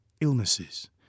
illnesses